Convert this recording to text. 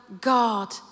God